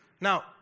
now